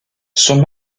son